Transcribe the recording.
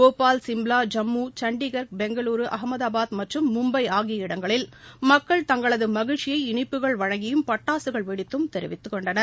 போபால் சிம்லா ஜம்மு சண்டிகர் பெங்களூரு அகமதாபாத் மற்றும் மும்பை ஆகிய இடங்களில் மக்கள் தங்களது மகிழ்ச்சியை இனிப்புகள் வழங்கியும் பட்டாசுகள் வெடித்தும் தெரிவித்துக் கொண்டனர்